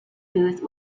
booth